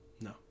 No